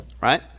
Right